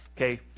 okay